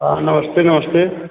हाँ नमस्ते नमस्ते